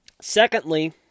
Secondly